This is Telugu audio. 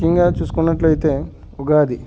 ముఖ్యంగా చూసుకున్నట్లయితే ఉగాది